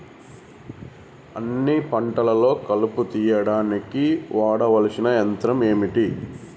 అన్ని పంటలలో కలుపు తీయనీకి ఏ యంత్రాన్ని వాడాలే?